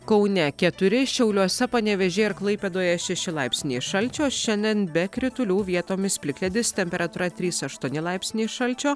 kaune keturi šiauliuose panevėžyje ir klaipėdoje šeši laipsniai šalčio šiandien be kritulių vietomis plikledis temperatūra trys aštuoni laipsniai šalčio